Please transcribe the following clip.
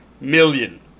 million